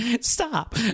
Stop